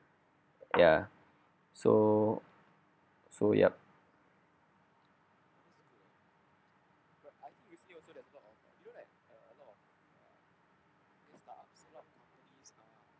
ya so so yup